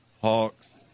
Hawks